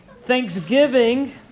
Thanksgiving